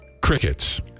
Crickets